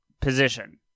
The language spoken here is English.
position